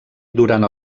durant